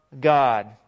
God